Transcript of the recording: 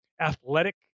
athletic